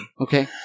Okay